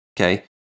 Okay